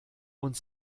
und